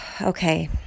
okay